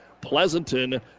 Pleasanton